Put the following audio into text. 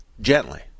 gently